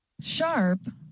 Sharp